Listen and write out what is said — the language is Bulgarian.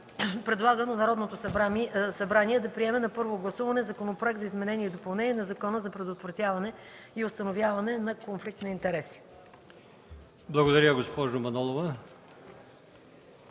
предлага на Народното събрание да приеме на първо гласуване Законопроекта за изменение и допълнение на Закона за предотвратяване и установяване на конфликт на интереси.” ПРЕДСЕДАТЕЛ